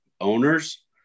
owners